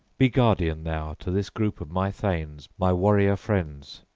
be guardian, thou, to this group of my thanes, my warrior-friends,